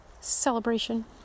celebration